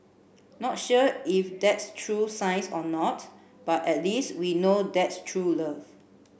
not sure if that's true science or not but at least we know that's true love